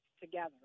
together